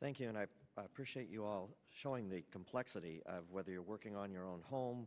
thank you and i appreciate you all showing the complexity whether you're working on your own home